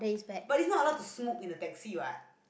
but is not a lot to smoke in the taxi what